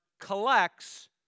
collects